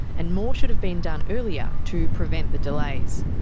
and more should have been done earlier to prevent the delays.